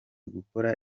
gukora